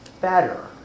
better